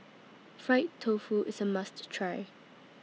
Fried Tofu IS A must Try